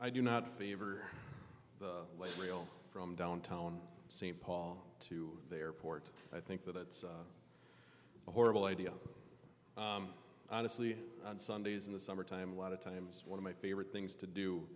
i do not favor real from downtown st paul to the airport i think that it's a horrible idea honestly on sundays in the summertime a lot of times one of my favorite things to do